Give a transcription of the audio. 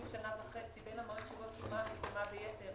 שנה וחצי בין המועד שבו שולמה המקדמה ביתר